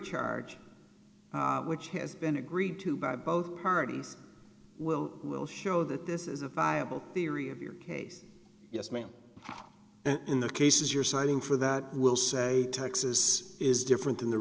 charge which has been agreed to by both parties will will show that this is a viable theory of your case yes ma'am and in the cases you're citing for that we'll say texas is different than the